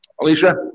Alicia